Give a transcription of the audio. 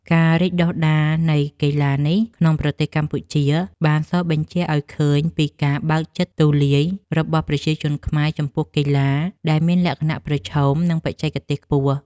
ការរីកដុះដាលនៃកីឡានេះក្នុងប្រទេសកម្ពុជា បានសបញ្ជាក់ឱ្យឃើញពីការបើកចិត្តទូលាយរបស់ប្រជាជនខ្មែរចំពោះកីឡាដែលមានលក្ខណៈប្រឈម និងបច្ចេកទេសខ្ពស់។